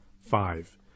Five